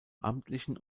amtlichen